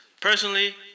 Personally